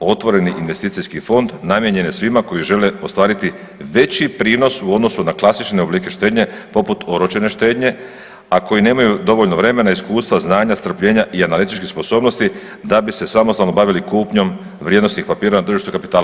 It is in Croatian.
Otvoreni investicijski fond namijenjen je svima koji žele ostvariti veći prinos u odnosu na klasične oblike štednje, poput oročene štednje, a koji nemaju dovoljno vremena, iskustva, znanja, strpljenja i analitičkih sposobnosti da bi se samostalno bavili kupnjom vrijednosnim papira na tržištu kapitala.